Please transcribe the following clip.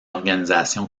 organisation